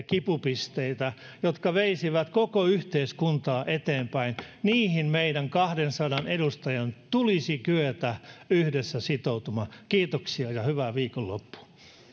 kipupisteisiin jotka veisivät koko yhteiskuntaa eteenpäin meidän kahdensadan edustajan tulisi kyetä yhdessä sitoutumaan kiitoksia ja hyvää viikonloppua